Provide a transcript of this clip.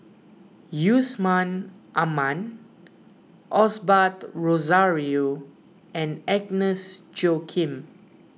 Yusman Aman Osbert Rozario and Agnes Joaquim